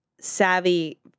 savvy